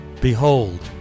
Behold